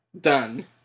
done